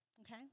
Okay